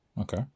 Okay